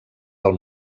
del